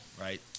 right